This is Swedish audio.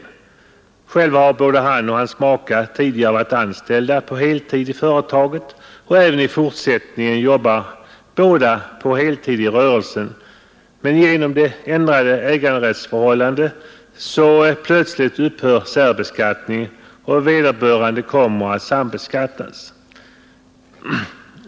Både han och hans maka har själva varit anställda på heltid i företaget. Även i fortsättningen jobbar båda på heltid i rörelsen, men genom det ändrade ägarförhållandet upphör plötsligt särbeskattningen och vederbörande kommer att sambeskattas.